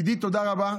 עידית, תודה רבה.